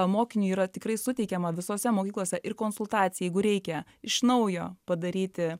mokiniui yra tikrai suteikiama visose mokyklose ir konsultacija jeigu reikia iš naujo padaryti